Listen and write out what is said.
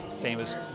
famous